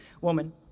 woman